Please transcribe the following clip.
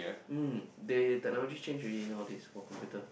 um they technology change already nowadays for computer